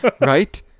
Right